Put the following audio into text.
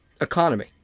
economy